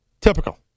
Typical